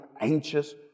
anxious